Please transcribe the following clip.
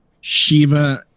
Shiva